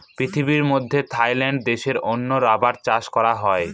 পৃথিবীর মধ্যে থাইল্যান্ড দেশে অনেক রাবার চাষ করা হয়